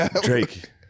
Drake